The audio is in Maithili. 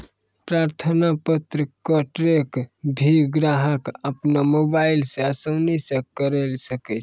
प्रार्थना पत्र क ट्रैक भी ग्राहक अपनो मोबाइल स आसानी स करअ सकै छै